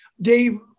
Dave